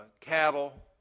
cattle